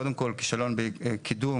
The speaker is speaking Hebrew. קודם כל כישלון בקידום,